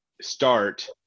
start